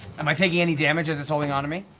am i taking any damage as it's holding onto me?